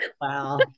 Wow